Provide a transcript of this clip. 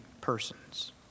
persons